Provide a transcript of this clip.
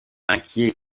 inquiet